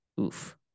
oof